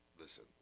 listen